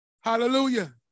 Hallelujah